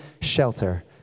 shelter